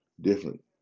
different